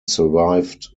survived